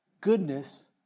goodness